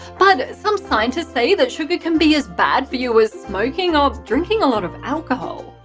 but, some scientists say that sugar can be as bad for you as smoking or drinking a lot of alcohol.